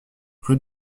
rue